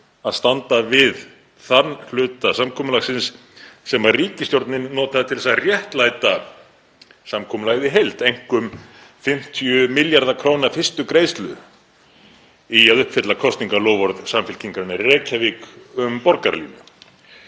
að standa við þann hluta samkomulagsins sem ríkisstjórnin notaði til að réttlæta samkomulagið í heild, einkum 50 milljarða kr. fyrstu greiðslu í að uppfylla kosningaloforð Samfylkingarinnar í Reykjavík um borgarlínu.